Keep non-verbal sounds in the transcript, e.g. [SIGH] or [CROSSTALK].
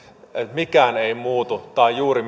mikään ei muutu tai juuri [UNINTELLIGIBLE]